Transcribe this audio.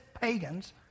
pagans